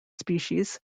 species